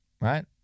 Right